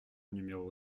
numéro